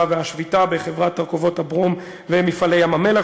והשביתה בחברות "תרכובות ברום" ו"מפעלי ים-המלח",